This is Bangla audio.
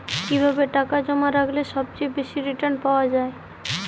কিভাবে টাকা জমা রাখলে সবচেয়ে বেশি রির্টান পাওয়া য়ায়?